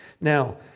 now